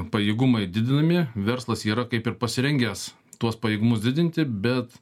pajėgumai didinami verslas yra kaip ir pasirengęs tuos pajėgumus didinti bet